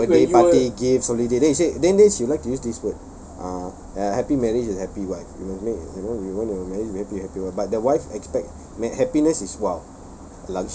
birthday party gifts holiday then you say then then she'll like to use this word uh happy marriage and happy wife you know you gonna marry happy happy but the wife expect happiness is !wow!